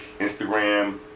Instagram